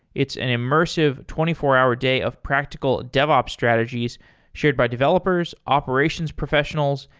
it's an immersive twenty four hour day of practical devops strategies shared by developers, operations professionals,